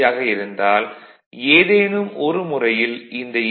யாக இருந்தால் எதேனும் ஒரு முறையில் இந்த ஏ